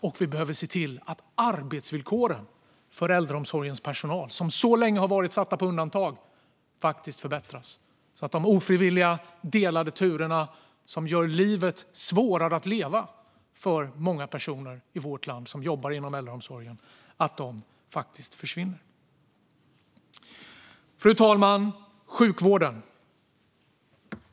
Och vi behöver se till att arbetsvillkoren för äldreomsorgens personal, som så länge har varit satta på undantag, förbättras så att de ofrivilliga delade turerna, som gör livet svårare att leva för många i vårt land som jobbar inom äldreomsorgen, försvinner. Fru talman! Över till sjukvården.